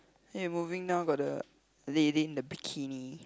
eh moving down got the lady in the bikini